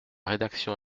rédaction